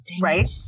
Right